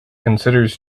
considers